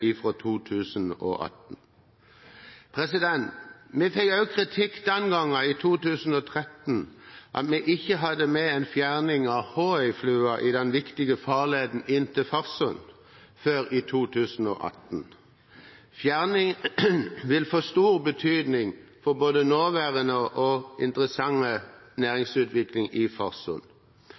inne fra 2018. Vi fikk også kritikk den gangen, i 2013, for at vi ikke hadde med en fjerning av Håøyflua i den viktige farleden inn til Farsund før i 2018. Fjerning vil få stor betydning for nåværende – og interessante – næringsutvikling i Farsund.